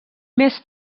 més